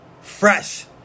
fresh